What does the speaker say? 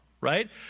right